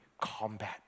combat